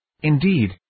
Indeed